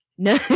No